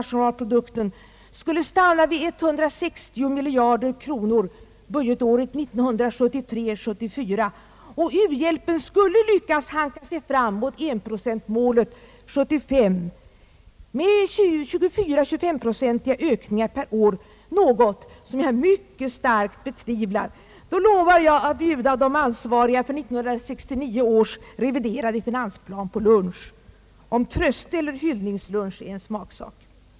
ten skulle stanna vid 160 miljarder kronor budgetåret 1973/74 och u-hjälpen skulle lyckas hanka sig fram till enprocentsmålet år 1975 med 24—25-procentiga ökningar per år — något som jag mycket starkt betvivlar — lovar jag att bjuda de ansvariga för 1969 års reviderade finansplan på lunch — om trösteeller hyllningslunch är en smaksak.